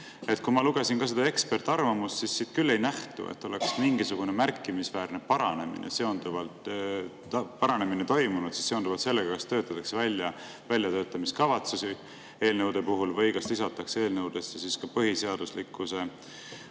Ma lugesin ka seda ekspertarvamust ja siit küll ei nähtu, et oleks mingisugune märkimisväärne paranemine toimunud seonduvalt sellega, kas töötatakse välja väljatöötamiskavatsusi eelnõude puhul või kas lisatakse eelnõudesse ka põhiseaduslikkuse